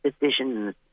decisions